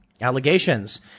allegations